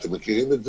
אתם מכירים את זה?